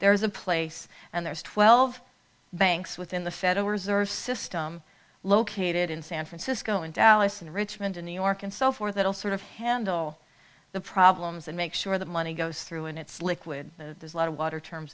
there is a place and there's twelve banks within the federal reserve system located in san francisco and dallas and richmond in new york and so forth that will sort of handle the problems and make sure the money goes through and it's liquid there's a lot of water terms